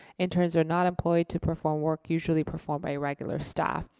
interns are not employed to perform work usually performed by regular staff.